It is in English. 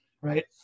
right